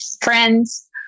Friends